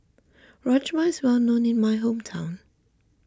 Rajma is well known in my hometown